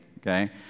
okay